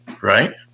right